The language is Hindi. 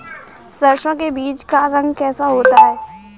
सरसों के बीज का रंग कैसा होता है?